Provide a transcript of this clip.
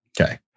Okay